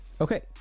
Okay